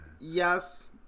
Yes